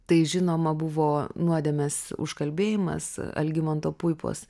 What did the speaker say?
tai žinoma buvo nuodėmės užkalbėjimas algimanto puipos